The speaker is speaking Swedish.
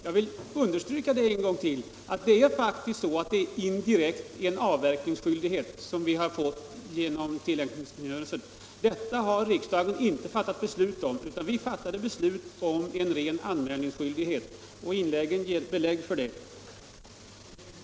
Jag vill än en gång understryka att indirekt har vi genom tilläggskungörelsen fått en avverkningsskyldighet, men det har riksdagen inte fattat beslut om, utan riksdagens beslut avsåg en ren anmälningsskyldighet. Det ger också inläggen klara belägg för.